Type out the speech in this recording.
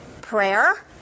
prayer